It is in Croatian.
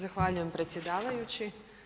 Zahvaljujem predsjedavajući.